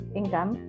income